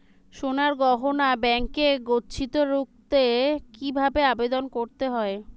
সোনার গহনা ব্যাংকে গচ্ছিত রাখতে কি ভাবে আবেদন করতে হয়?